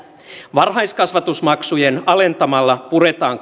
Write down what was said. varhaiskasvatusmaksuja alentamalla puretaan